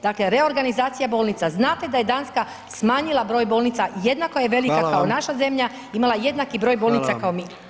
Dakle reorganizacija bolnica, znate da je Danska smanjila broj bolnica, jednako je velika kao naša zemlja, imala jednaki broj bolnica kao mi.